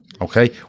Okay